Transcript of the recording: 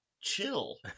chill